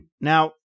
Now